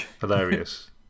Hilarious